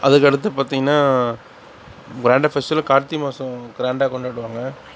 அதுக்கடுத்து பார்த்திங்கனா கிராண்டாக ஃபெஸ்டிவல் கார்த்திகை மாதம் கிராண்டாக கொண்டாடுவாங்க